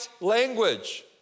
language